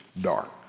dark